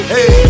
Hey